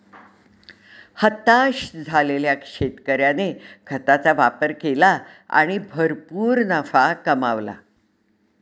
हताश झालेल्या शेतकऱ्याने खताचा वापर केला आणि भरपूर नफा कमावला